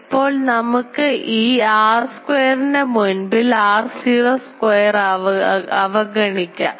ഇപ്പോൾ നമുക്ക് ഈ r square ൻറെ മുൻപിൽ r0 square അവഗണിക്കാം